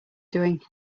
doing